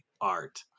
art